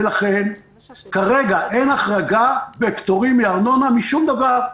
לכן כרגע אין החרגה בפטורים מארנונה משום דבר.